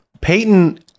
Peyton